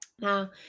Now